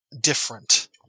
different